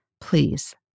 Please